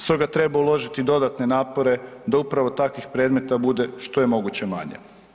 Stoga treba uložiti dodatne napore da upravo takvih predmeta bude što je moguće manje.